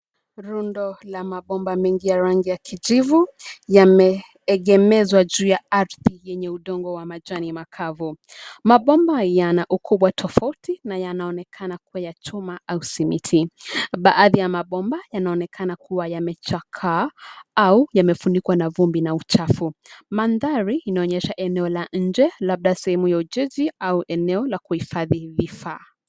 Rundo la mabomba mengi ya rangi ya kijivu, yameegemezwa juu ya ardhi yenye udongo wa majani makavu. Mabomba yana ukubwa tofauti na yanaonekana kua ya chuma au simiti. Baadhi ya mabomba yanaonekana kua yamechakaa au yamefunikwa na vumbi na uchafu. Mandhari inaonesha eneo la nje labda sehemu ya ujenzi au eneo la kuifadhi vifaa.